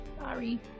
Sorry